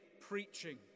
preaching